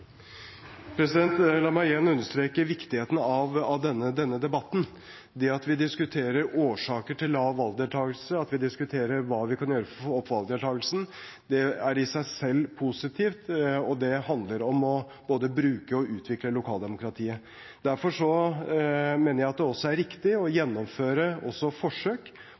La meg igjen understreke viktigheten av denne debatten. Det at vi diskuterer årsaker til lav valgdeltakelse, at vi diskuterer hva vi kan gjøre for å få opp valgdeltakelsen, er i seg selv positivt, og det handler om både å bruke og utvikle lokaldemokratiet. Derfor mener jeg at det også er riktig å gjennomføre forsøk